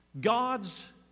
God's